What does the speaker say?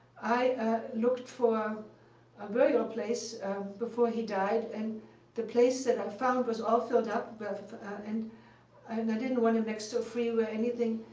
i looked for a burial place before he died, and the place that i found was all filled up and i and didn't want him next to a freeway or anything.